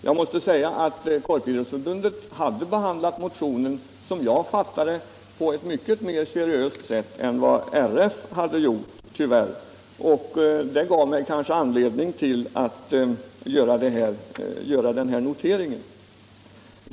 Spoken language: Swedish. Jag måste säga att Korporationsidrottsförbundet behandlade motionen - som jag fattade det — mycket mer seriöst än RF tyvärr gjorde. Det gav mig anledning att göra den här noteringen.